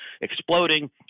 exploding